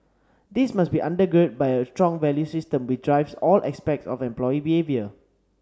this must be under girded by a strong values system which drives all aspects of employee behaviour